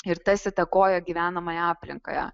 ir tas įtakoja gyvenamąją aplinką